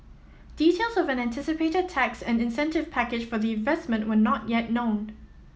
details of an anticipated tax and incentive package for the investment were not yet known